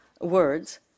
words